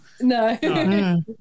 No